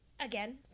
again